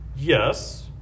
Yes